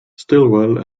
stilwell